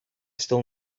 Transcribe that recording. still